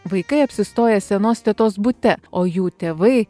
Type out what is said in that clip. vaikai apsistoja senos tetos bute o jų tėvai